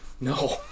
no